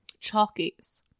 chalkies